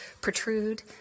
protrude